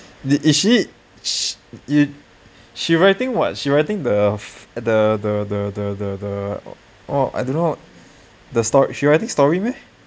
is she sh~ she writing what she writing the the the the the the the oh I don't know the sto~ she writing story meh